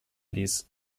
ließ